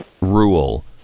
rule